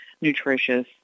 nutritious